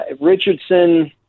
Richardson